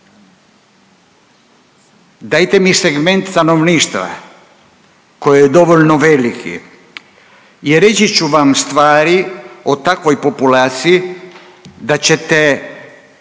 dajte mi segment stanovništva koji je dovoljno veliki i reći ću vam stvari o takvoj populaciji da ćete